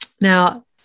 Now